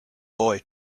boy